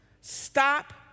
stop